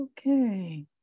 Okay